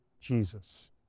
Jesus